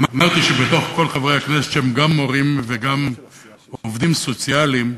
אמרתי שבתוך כל חברי הכנסת שהם גם מורים וגם עובדים סוציאליים,